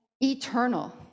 eternal